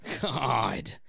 God